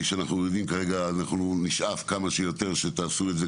אנחנו נשאף שתעשו את זה,